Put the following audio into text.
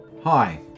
Hi